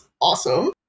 awesome